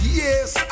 yes